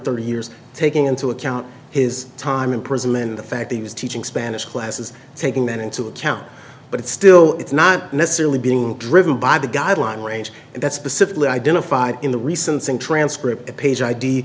thirty years taking into account his time in prison and the fact he was teaching spanish classes taking that into account but it's still it's not necessarily being driven by the guideline range and that's specifically identified in the recent thing transcript page i